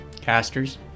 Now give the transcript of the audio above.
casters